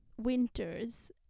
winters